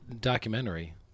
documentary